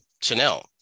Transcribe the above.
Chanel